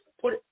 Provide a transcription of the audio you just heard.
put